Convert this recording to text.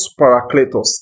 Paracletos